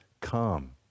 come